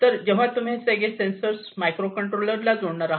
तर जेव्हा तुम्ही हे सगळे सेन्सर्स मायक्रो कंट्रोलर ला जोडणारा आहात